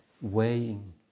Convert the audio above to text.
Weighing